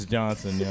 Johnson